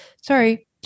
Sorry